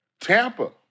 Tampa